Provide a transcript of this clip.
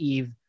Eve